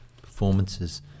performances